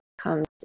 comes